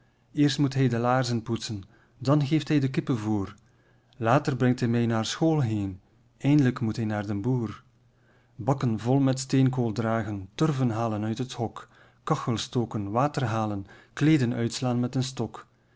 eerst moet hij de laarzen poetsen dan geeft hij den kippen voer later brengt hij mij naar school heen eind'lijk moet hij naar den boer pieter louwerse alles zingt bakken vol met steenkool dragen turven halen uit het hok kachels stoken water halen kleeden uitslaan met een stok